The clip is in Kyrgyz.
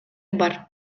бар